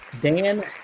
Dan